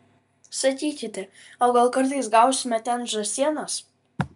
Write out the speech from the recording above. sakykite o gal kartais gausime ten žąsienos